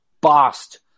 bossed